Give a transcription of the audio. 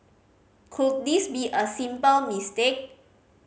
could this be a simple mistake